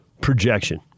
projection